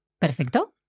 Perfecto